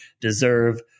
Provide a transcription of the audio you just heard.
deserve